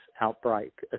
outbreak